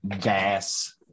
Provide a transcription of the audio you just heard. gas